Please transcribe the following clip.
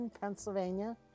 Pennsylvania